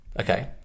okay